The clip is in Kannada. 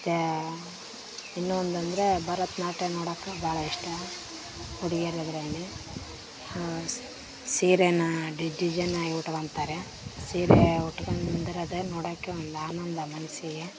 ಮತ್ತು ಇನ್ನೂ ಒಂದು ಅಂದರೆ ಭರತ್ ನಾಟ್ಯ ನೋಡೋಕೆ ಭಾಳ ಇಷ್ಟ ಹುಡ್ಗಿರು ಅದರಲ್ಲಿ ಸೀರೇನಾ ಡಿಜ್ ಡಿಜೆನಾಗಿ ಉಟ್ಕೋತಾರೆ ಸೀರೆ ಉಟ್ಕಂಡ್ರೆ ಅದೆ ನೋಡೋಕೆ ಒಂದು ಆನಂದ ಮನಸಿಗೆ